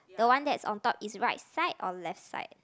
the one that's on top is right side or left side